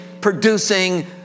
producing